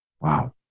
Wow